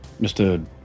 mr